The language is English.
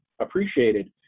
appreciated